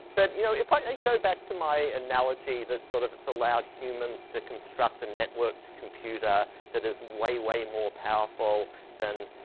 but you know, if i go back to my analogy that sort of it's allowed humans to construct a networked computer that is way way more powerful than